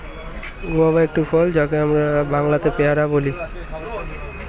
guava একটি ফল যাকে আমরা বাংলাতে পেয়ারা বলি